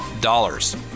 dollars